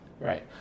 Right